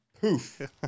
poof